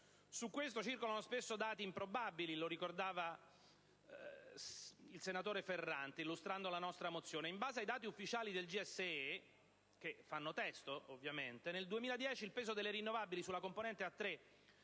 Su questo, circolano spesso dati improbabili, come ricordava il senatore Ferrante illustrando la nostra mozione. In base ai dati ufficiali del GSE (che hanno il loro peso), nel 2010 il peso delle rinnovabili sulla componente A3